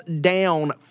down